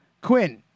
Quinn